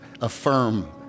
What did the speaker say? affirm